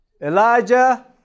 Elijah